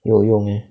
有用 eh